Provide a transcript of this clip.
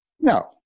No